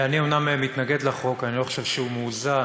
אני אומנם מתנגד לחוק, אני לא חושב שהוא מאוזן,